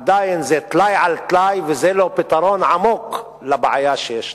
עדיין זה טלאי על טלאי וזה לא פתרון עמוק לבעיה שישנה.